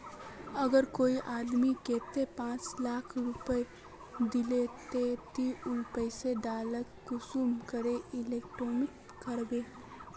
अगर कोई आदमी कतेक पाँच लाख रुपया दिले ते ती उला पैसा डायरक कुंसम करे इन्वेस्टमेंट करबो?